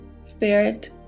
spirit